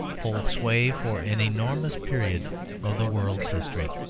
hold sway for an enormous period of the world's history,